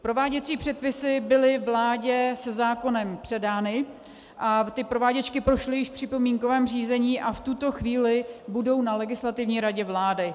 Prováděcí předpisy byly vládě se zákonem předány a ty prováděčky prošly již v připomínkovém řízení a v tuto chvíli budou na Legislativní radě vlády.